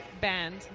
band